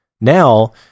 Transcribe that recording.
Now